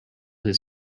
his